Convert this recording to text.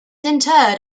interred